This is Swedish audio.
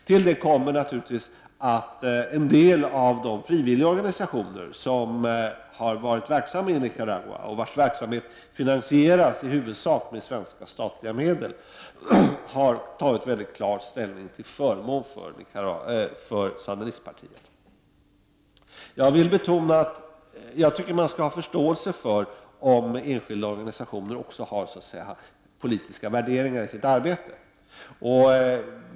Till detta kommer naturligtvis att en del av de frivilliga organisationer som har varit verksamma i Nicaragua och vilkas verksamhet finansieras i huvudsak med svenska statliga medel har tagit mycket klar ställning till förmån för sandinistpartiet. Jag vill betona att jag tycker att man skall ha förståelse för om enskilda organisationer också har politiska värderingar i sitt arbete.